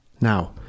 Now